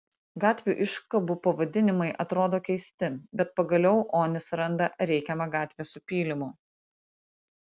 gatvių iškabų pavadinimai atrodo keisti bet pagaliau onis randa reikiamą gatvę su pylimu